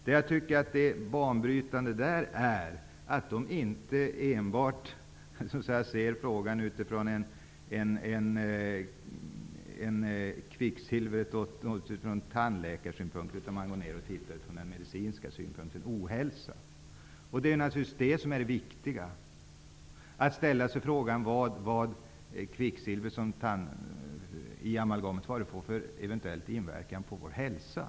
Banbrytande i deras arbete är att de inte enbart ser frågan utifrån kvicksilver eller tandläkarsynpunkt utan ser på den ur den medicinska synpunkten av ohälsa. Det viktiga är naturligtvis att ställa sig frågan vilken inverkan kvicksilvret i amalgam har på vår hälsa.